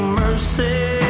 mercy